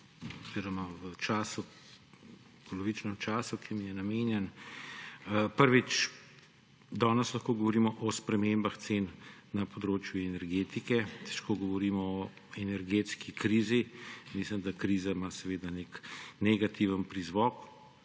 Na kratko oziroma v polovičnem času, ki mi je namenjen, prvič, danes lahko govorimo o spremembah cen na področju energetike. Težko govorimo o energetski krizi. Mislim, da beseda kriza ima nek negativen prizvok.